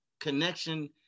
connection